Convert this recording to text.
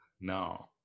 No